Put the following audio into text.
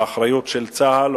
האחריות של צה"ל,